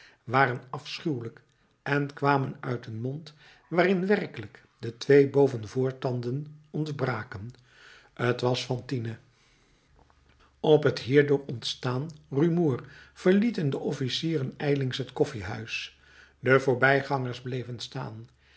waren afschuwelijk en kwamen uit een mond waarin werkelijk de twee boven voortanden ontbraken t was fantine op het hierdoor ontstaan rumoer verlieten de officieren ijlings het koffiehuis de voorbijgangers bleven staan